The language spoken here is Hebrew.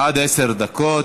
עד עשר דקות.